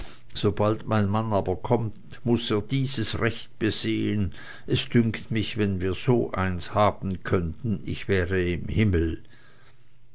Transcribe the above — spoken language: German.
sobald mein mann aber kommt muß er dieses recht besehen es dünkt mich wenn wir so eins haben könnten ich wäre im himmel